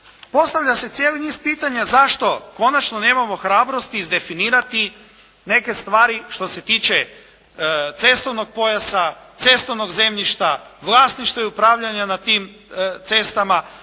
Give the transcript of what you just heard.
Postavlja se cijeli niz pitanja zašto konačno nemamo hrabrosti izdefinirati neke stvari što se tiče cestovnog pojasa, cestovnog zemljišta, vlasništva i upravljanja na tim cestama?